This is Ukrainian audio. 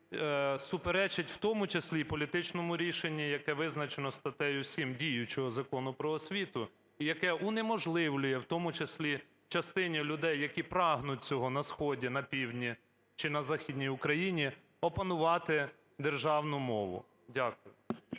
суперечить в тому числі і політичному рішенню, яке визначено статтею 7 діючого Закону "Про освіту" і яке унеможливлює в тому числі частині людей, які прагнуть цього на сході, на півдні, чи на Західній Україні опанувати державну мову. Дякую.